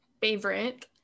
favorite